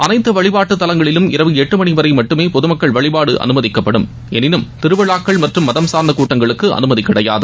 அளைத்து வழிபாட்டு தலங்களிலும் இரவு எட்டு மணி வரை மட்டுமே பொது மக்கள் வழிபாடு அனுமதிக்கப்படும் எனினும் திருவிழாக்கள் மற்றும் மதம் சார்ந்த கூட்டங்களுக்கு அனுமதி கிடையாது